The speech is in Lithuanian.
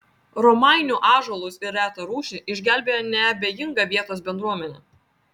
romainių ąžuolus ir retą rūšį išgelbėjo neabejinga vietos bendruomenė